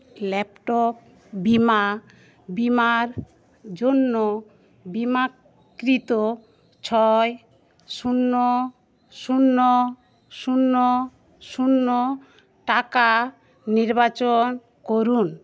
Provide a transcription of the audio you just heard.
laptop বীমা বীমার জন্য বিমাকৃত ছয় শূন্য শূন্য শূন্য শূন্য টাকা নির্বাচন করুন